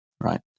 right